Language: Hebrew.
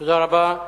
תודה רבה.